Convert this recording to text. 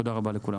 תודה רבה לכולם.